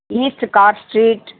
east cart street